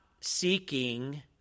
seeking